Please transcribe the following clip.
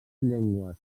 llengües